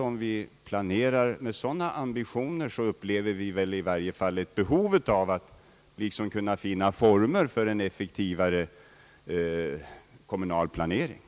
Om vi planerar med sådana ambitioner, upplever vi väl ett behov av att finna former för en effektivare kommunal planering.